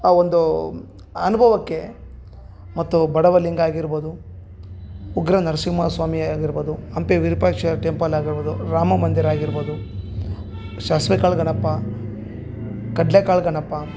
ಆ ಒಂದು ಆ ಅನುಭವಕ್ಕೆ ಮತ್ತು ಬಡವ ಲಿಂಗ ಆಗಿರ್ಬೋದು ಉಗ್ರ ನರಸಿಂಹ ಸ್ವಾಮಿ ಆಗಿರ್ಬೋದು ಹಂಪೆಯ ವಿರೂಪಾಕ್ಷ ಟೆಂಪಲ್ಲಾಗಿರ್ಬೋದು ರಾಮ ಮಂದಿರ ಆಗಿರ್ಬೋದು ಸಾಸಿವೆ ಕಾಳು ಗಣಪ ಕಡ್ಲೆ ಕಾಳು ಗಣಪ